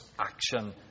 action